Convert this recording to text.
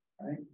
right